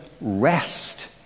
rest